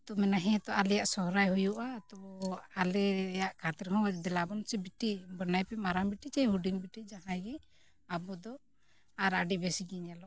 ᱛᱚ ᱦᱮᱸᱛᱚ ᱟᱞᱮᱭᱟᱜ ᱥᱚᱦᱚᱨᱟᱭ ᱦᱩᱭᱩᱜᱼᱟ ᱛᱚ ᱟᱞᱮᱭᱟᱜ ᱠᱷᱟᱹᱛᱤᱨ ᱦᱚᱸ ᱫᱮᱞᱟᱵᱚᱱ ᱥᱮ ᱵᱤᱴᱤ ᱵᱟᱱᱟᱭ ᱯᱮ ᱢᱟᱨᱟᱝ ᱵᱤᱴᱤ ᱡᱮ ᱦᱩᱰᱤᱝ ᱵᱤᱴᱤ ᱡᱟᱦᱟᱸᱭ ᱜᱮ ᱟᱵᱚ ᱫᱚ ᱟᱨ ᱟᱹᱰᱤ ᱵᱮᱥ ᱜᱮ ᱧᱮᱞᱚᱜᱼᱟ